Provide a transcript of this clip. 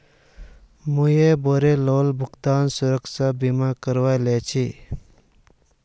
मुई बोलेरोर भुगतान सुरक्षा बीमा करवइ लिल छि